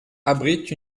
abrite